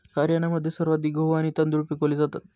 हरियाणामध्ये सर्वाधिक गहू आणि तांदूळ पिकवले जातात